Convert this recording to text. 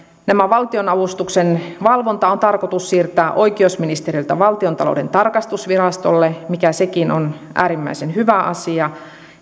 näiden valtionavustusten valvonta on tarkoitus siirtää oikeusministeriöltä valtiontalouden tarkastusvirastolle mikä sekin on äärimmäisen hyvä asia